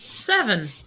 seven